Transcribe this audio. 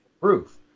proof